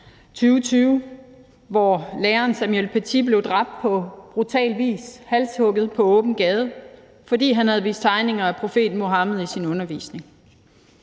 2020, hvor læreren Samuel Paty blev dræbt på brutal vis, halshugget på åben gade, fordi han havde vist tegninger af profeten Muhammed i sin undervisning.